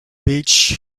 beach